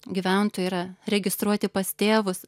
gyventojai yra registruoti pas tėvus